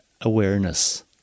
awareness